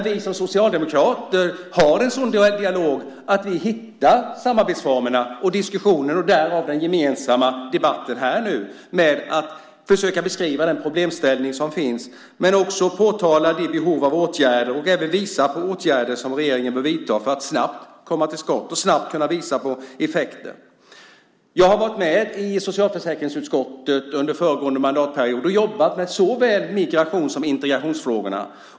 Vi som socialdemokrater har en sådan dialog att vi hittar samarbetsformerna och diskussionen - därav den gemensamma debatten här nu med att försöka beskriva den problemställning som finns men också att påtala de behov av åtgärder och även visa på åtgärder som regeringen bör vidta för att snabbt komma till skott och snabbt kunna visa på effekten. Jag har varit med i socialförsäkringsutskottet under den föregående mandatperioden och jobbat med såväl migrations som integrationsfrågorna.